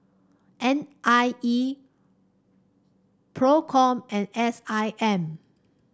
N I E Procom and S I M